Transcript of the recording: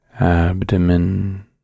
abdomen